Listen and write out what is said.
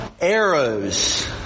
Arrows